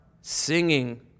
singing